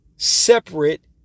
separate